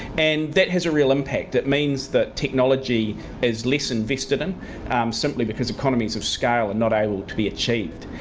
and that has a real impact. it means that technology is less invested in simply because economies of scale are and not able to be achieved.